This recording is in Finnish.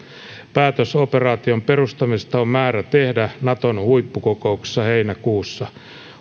päätös operaation perustamisesta on määrä tehdä naton huippukokouksessa heinäkuussa